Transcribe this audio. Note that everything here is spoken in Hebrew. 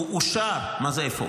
הוא אושר.